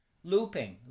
Looping